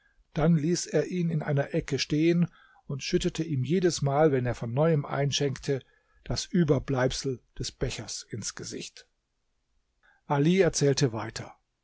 dann ließ er ihn in einer ecke stehen und schüttete ihm jedesmal wenn er von neuem einschenkte das überbleibsel des bechers ins gesicht ali erzählte weiter